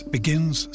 Begins